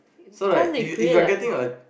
so like if you if you are getting a